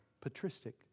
patristic